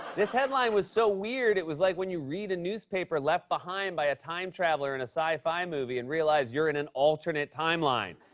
this headline was so weird, it was like when you read a newspaper left behind by a time traveller in a sci-fi movie and realize you're in an alternate timeline.